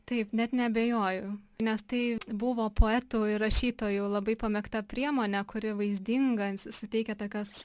taip net neabejoju nes tai buvo poetų rašytojų labai pamėgta priemonė kuri vaizdinga suteikia tokios